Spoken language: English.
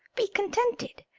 be contented!